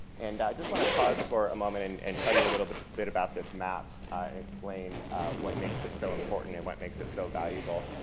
and i just want to pause for a moment and and tell you a little bit bit about this map and explain what makes it so important and what makes it so valuable.